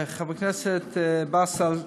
חבר הכנסת באסל,